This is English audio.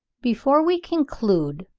before we conclude,